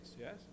yes